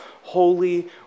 holy